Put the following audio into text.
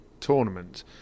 tournament